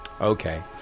Okay